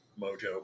mojo